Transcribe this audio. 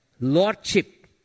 lordship